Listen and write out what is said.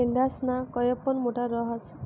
मेंढयासना कयप मोठा रहास